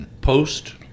Post